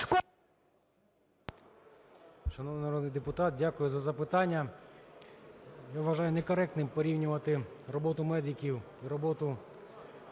Шановний народний депутат, дякую за запитання. Я вважаю некоректним порівнювати роботу медиків і роботу